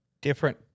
different